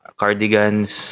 cardigans